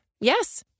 Yes